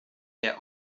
der